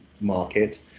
market